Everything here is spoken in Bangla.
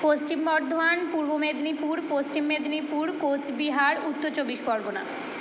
পশ্চিম বর্ধমান পূর্ব মেদিনীপুর পশ্চিম মেদনীপুর কোচবিহার উত্তর চব্বিশ পরগনা